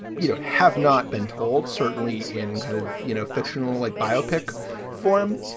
you know have not been told, certainly in, kind of you know, fictional like biopic form.